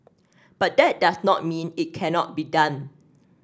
but that does not mean it cannot be done